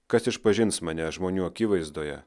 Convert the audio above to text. kas išpažins mane žmonių akivaizdoje